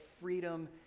freedom